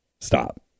Stop